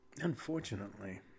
unfortunately